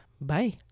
Bye